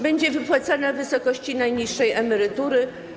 Będzie wypłacana w wysokości najniższej emerytury.